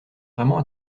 vraiment